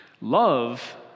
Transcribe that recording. Love